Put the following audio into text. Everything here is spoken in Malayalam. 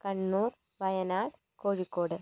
കണ്ണൂർ വയനാട് കോഴിക്കോട്